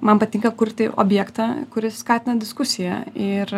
man patinka kurti objektą kuris skatina diskusiją ir